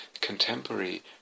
contemporary